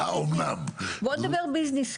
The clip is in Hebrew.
בוא נדבר ביזנס.